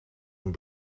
een